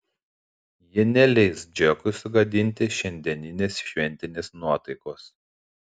ji neleis džekui sugadinti šiandieninės šventinės nuotaikos